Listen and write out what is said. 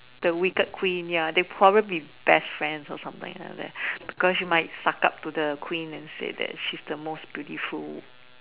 the wicked queen ya they probably be best friends or something like that because she might suck up to the queen and say that she's the most beautiful